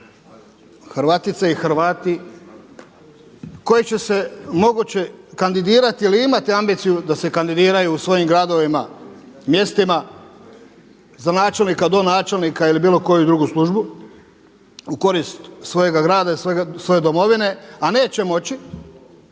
Hrvatice i Hrvati koji će se moguće kandidirati ili imati ambiciju da se kandidiraju u svojim gradovima, mjestima za načelnika, donačelnika ili bilo koju drugu službu u korist svojega grada ili svoje domovine a neće moći